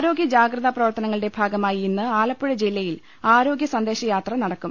ആരോഗ്യ ജാഗ്രതാ പ്രവർത്തനങ്ങളുടെ ഭാഗമായി ഇന്ന് ആലപ്പുഴ ജില്ലയിൽ ആരോഗ്യ സന്ദേശയാത്ര നടക്കും